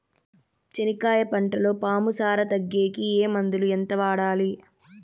చెనక్కాయ పంటలో పాము సార తగ్గేకి ఏ మందులు? ఎంత వాడాలి?